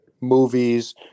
movies